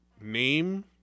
name